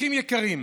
אחים יקרים,